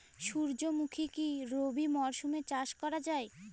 সুর্যমুখী কি রবি মরশুমে চাষ করা যায়?